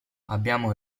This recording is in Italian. abbiamo